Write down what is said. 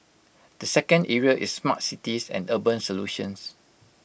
the second area is smart cities and urban solutions